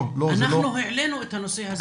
זה לא --- אנחנו העלינו את הנושא הזה